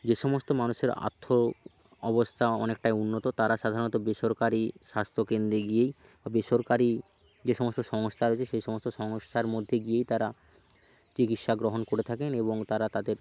যে সমস্ত মানুষের আথ্য অবস্থা অনেকটাই উন্নত তারা সাধারণত বেসরকারি স্বাস্থ্যকেন্দ্রে গিয়েই বা বেসরকারি যে সমস্ত সংস্থা রয়েছে সেই সমস্ত সংস্থার মধ্যে গিয়েই তারা চিকিৎসা গ্রহণ করে থাকেন এবং তারা তাদের